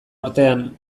artean